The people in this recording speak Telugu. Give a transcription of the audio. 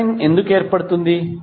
కొసైన్ ఎందుకు ఏర్పడుతుంది